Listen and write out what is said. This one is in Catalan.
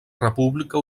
república